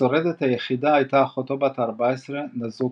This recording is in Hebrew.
והשורדת היחידה הייתה אחותו בת ה-14 נזוקו,